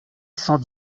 cent